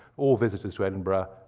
all visitors to edinburgh,